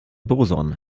boson